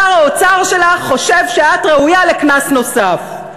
שר האוצר שלך חושב שאת ראויה לקנס נוסף,